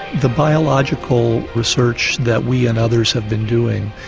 the biological research that we and others have been doing,